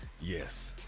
yes